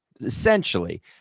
essentially